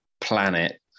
planet